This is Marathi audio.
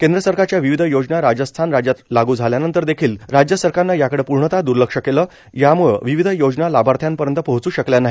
केंद्र सरकारच्या विविध योजना राजस्थान राज्यात लागू झाल्यानंतर देखील राज्य सरकारनं याकडं पूर्णतः दूर्लक्ष केलं यामूळं विविध योजना लाभाथ्र्यांपर्यंत पोहोच् शकल्या नाही